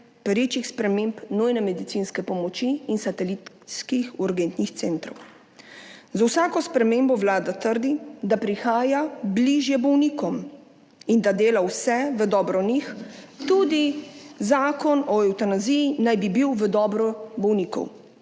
sprememb nujne medicinske pomoči in satelitskih urgentnih centrov. Z vsako spremembo vlada trdi, da prihaja bližje bolnikom in da dela vse v dobro njih, tudi zakon o evtanaziji naj bi bil v dobro bolnikov,